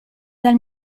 dal